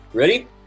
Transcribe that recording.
Ready